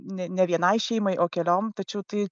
ne ne vienai šeimai o keliom tačiau tai